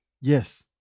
Yes